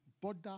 border